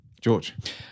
George